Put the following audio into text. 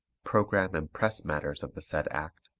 program and press matters of the said act